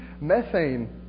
methane